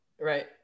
Right